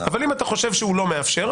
אם אתה חושב שהוא לא מאפשר,